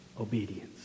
obedience